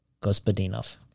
Gospodinov